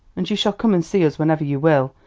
and you shall come and see us whenever you will,